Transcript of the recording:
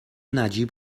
نجیب